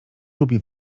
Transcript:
lubi